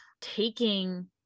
taking